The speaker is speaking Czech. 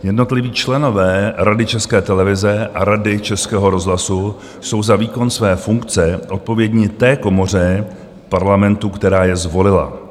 Jednotliví členové Rady České televize a Rady Českého rozhlasu jsou za výkon své funkce odpovědní té komoře Parlamentu, která je zvolila.